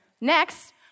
Next